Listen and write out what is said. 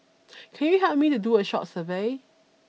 can you help me to do a short survey